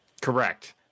Correct